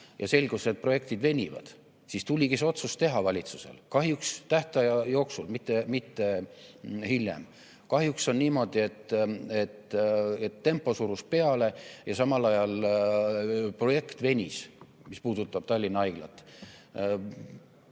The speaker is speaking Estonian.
ja selgus, et projektid venivad, siis tuligi valitsusel see otsus teha. Kahjuks tähtaja jooksul, mitte hiljem. Kahjuks on niimoodi, et tempo surus peale ja samal ajal projekt venis, mis puudutab Tallinna Haiglat.